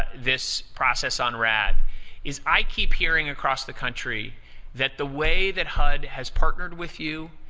this process on rad is i keep hearing across the country that the way that hud has partnered with you